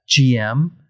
GM